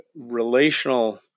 relational